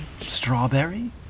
Strawberry